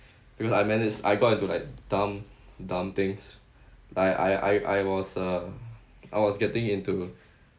because I manage I got into like dumb dumb things I I I I was uh I was getting into